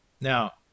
Now